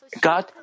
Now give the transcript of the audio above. God